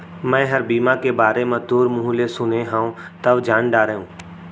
मैंहर बीमा के बारे म तोर मुँह ले सुने हँव तव जान डारेंव